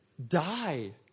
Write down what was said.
Die